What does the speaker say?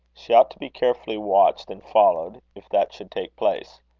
she ought to be carefully watched and followed, if that should take place.